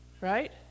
Right